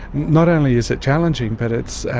not only is it challenging, but it's,